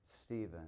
Stephen